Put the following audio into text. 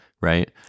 right